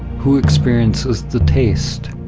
who experiences the taste?